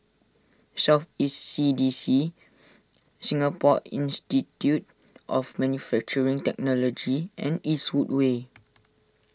South East C D C Singapore Institute of Manufacturing Technology and Eastwood Way